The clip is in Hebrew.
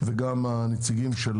וגם הנציגים של